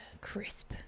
crisp